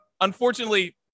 unfortunately